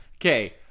Okay